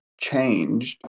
changed